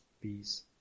peace